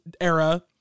era